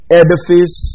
edifice